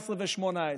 17 ו-18,